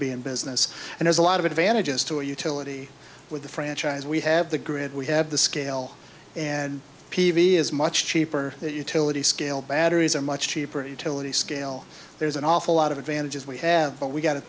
be in business and there's a lot of advantages to a utility with the franchise we have the grid we have the scale and p v is much cheaper utility scale batteries are much cheaper utility scale there's an awful lot of advantages we have but we've got to